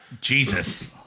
Jesus